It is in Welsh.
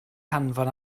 hanfon